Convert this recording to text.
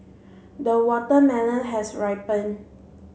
the watermelon has ripened